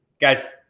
Guys